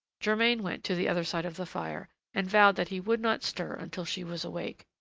germain went to the other side of the fire, and vowed that he would not stir until she was awake.